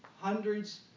Hundreds